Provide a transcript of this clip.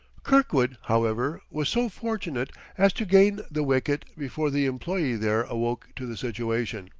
kirkwood, however, was so fortunate as to gain the wicket before the employee there awoke to the situation.